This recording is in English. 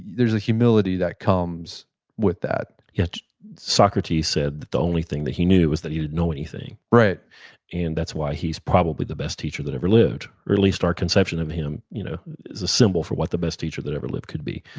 there's a humility that comes with that yeah socrates socrates said that the only thing that he knew was that he didn't know anything right and that's why he's probably the best teacher that ever lived, or at least our conception of him you know is a symbol for what the best teacher that ever lived could be.